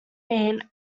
mean